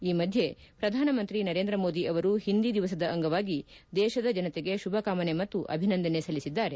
ಈ ಮಧ್ಯೆ ಪ್ರಧಾನ ಮಂತ್ರಿ ನರೇಂದ್ರ ಮೋದಿ ಅವರು ಹಿಂದಿ ದಿವಸದ ಅಂಗವಾಗಿ ದೇಶದ ಜನತೆಗೆ ಶುಭ ಕಾಮನೆ ಮತ್ತು ಅಭಿನಂದನೆ ಸಲ್ಲಿಸಿದ್ದಾರೆ